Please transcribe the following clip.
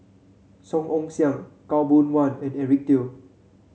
Song Ong Siang Khaw Boon Wan and Eric Teo